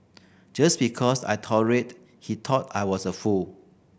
just because I tolerated he thought I was a fool